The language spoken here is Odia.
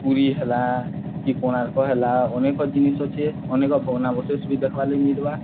ପୁରୀ ହେଲା କି କୋଣାର୍କ ହେଲା ଅନେକ ଜିନିଷ ଅଛେ ଅନେକ ଭଗ୍ନାବଶେଷ ବି ଦେଖ୍ବାର ଲାଗ ମିଲବା